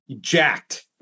jacked